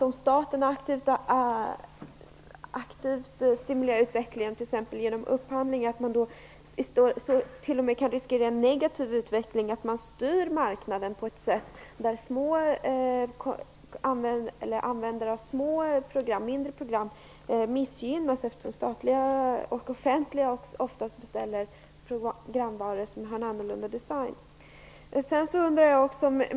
Om staten aktivt stimulerar utvecklingen genom t.ex. upphandling, riskerar man då inte att det t.o.m. blir en negativ utveckling så att man styr marknaden på ett sätt som gör att användare av mindre program missgynnas? Statliga och offentliga inrättningar beställer ju oftast gamla programvaror som har en annorlunda design.